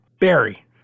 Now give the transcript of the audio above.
Barry